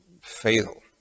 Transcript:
fatal